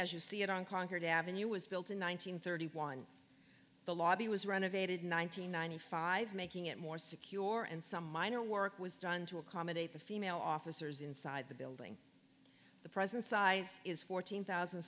as you see it on concord avenue was built in one nine hundred thirty one the lobby was renovated nine hundred ninety five making it more secure and some minor work was done to accommodate the female officers inside the building the present size is fourteen thousand